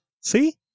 See